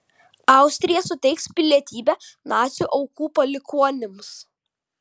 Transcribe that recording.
austrija suteiks pilietybę nacių aukų palikuonims